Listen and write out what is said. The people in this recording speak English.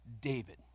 David